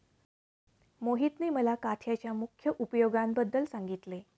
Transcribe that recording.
मोहितने मला काथ्याच्या मुख्य उपयोगांबद्दल सांगितले